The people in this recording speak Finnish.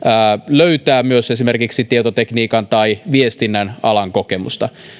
löytää myös esimerkiksi tietotekniikan tai viestinnän alan kokemusta